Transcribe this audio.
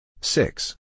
six